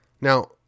Now